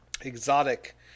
exotic